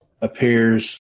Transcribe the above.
appears